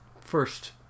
first